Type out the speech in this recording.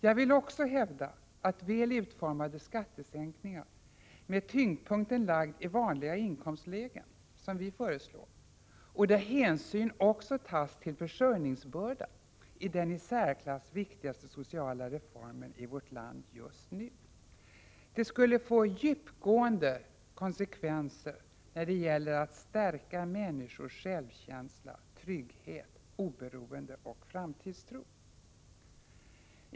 Jag vill också hävda att väl utformade skattesänkningar med tyngdpunkten lagd i vanliga inkomstlägen, som vi föreslår, och där hänsyn också tas till försörjningsbörda är den i särklass viktigaste sociala reformen i vårt land just nu. Den skulle få djupgående betydelse för att stärka människors självkänsla, trygghet, oberoende och framtidstro.